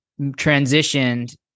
transitioned